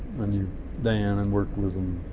i knew dan and worked with him